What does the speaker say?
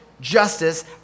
justice